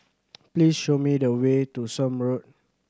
please show me the way to Somme Road